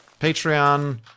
Patreon